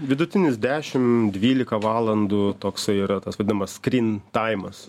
vidutinis dešimt dvylika valandų toksai yra tas vadinamas skryn taimas